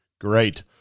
Great